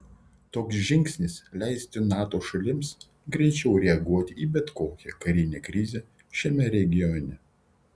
toks žingsnis leistų nato šalims greičiau reaguoti į bet kokią karinę krizę šiame regione